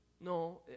No